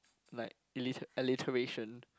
like illit~ alliteration